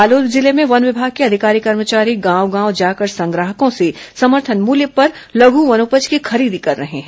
बालोद जिले में वन विभाग के अधिकारी कर्मचारी गांव गांव जाकर संग्राहकों से समर्थन मूल्य पर लघु वनोपज की खरीदी कर रहे हैं